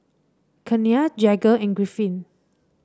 Kenia Jagger and Griffin